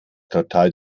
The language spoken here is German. total